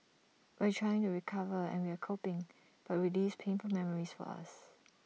we're trying to recover and we're coping but relives painful memories for us